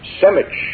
Semich